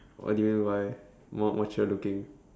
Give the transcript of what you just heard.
what do mean why more mature looking